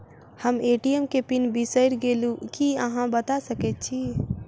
हम ए.टी.एम केँ पिन बिसईर गेलू की अहाँ बता सकैत छी?